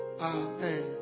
Amen